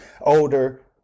older